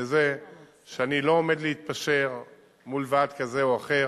וזה שאני לא עומד להתפשר מול ועד כזה או אחר